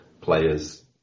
players